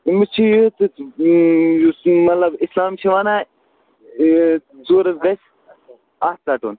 أمِس چھُ یہِ یُس مطلب اِسلام چھُ ونان یہِ ژوٗرَس گَژھِ اَتھٕ ژَٹُن